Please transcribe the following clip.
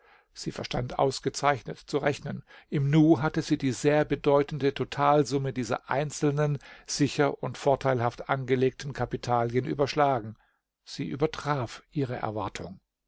sie verstand ausgezeichnet zu rechnen im nu hatte sie die sehr bedeutende totalsumme dieser einzelnen sicher und vorteilhaft angelegten kapitalien überschlagen sie übertraf ihre erwartung